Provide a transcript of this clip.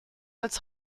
als